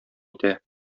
итә